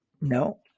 No